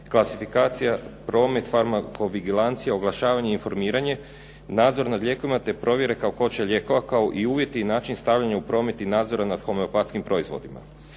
klasifikacija, promet farmakovigilancija, oglašavanje i informiranje, nadzor nad lijekovima te provjere kakvoće lijekova kao i uvjeti i način stavljanja u promet i nadzora nad homeopatskim proizvodima.